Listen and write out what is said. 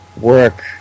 work